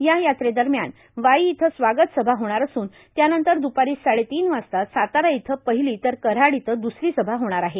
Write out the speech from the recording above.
या यात्रेदरम्यान वाई इथं स्वागत सभा होणार असून त्यानंतर द्पारी साडेतीन वाजता सातारा इथं पहिली तर कराड इथं द्रसरी सभा होणार आहे